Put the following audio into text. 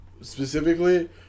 Specifically